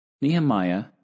Nehemiah